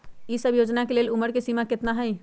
ई सब योजना के लेल उमर के सीमा केतना हई?